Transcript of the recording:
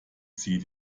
sie